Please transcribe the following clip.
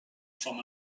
from